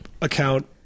account